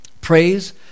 praise